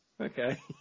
Okay